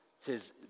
says